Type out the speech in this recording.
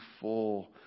full